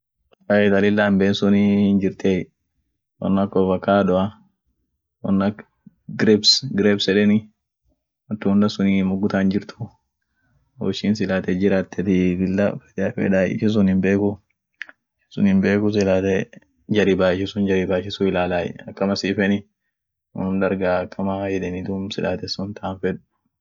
haae ta lila hinbeensunii hinjirtie won ak ovacadoa won ak grepsi, grepsin mugutan hinjirtu woishin silaateti lila fedai ishin sun hinbeeki silaate ishisun jaribai jaribe ilalai akama siifeni, unum dargaa sila ishi sun taanfed